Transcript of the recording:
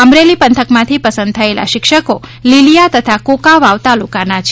અમરેલી પંથકમાંથી પસંદ થયેલા શિક્ષકો લિલિયા તથા કુંકાવાવ તાલુકાના છે